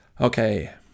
okay